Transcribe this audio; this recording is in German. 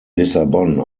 lissabon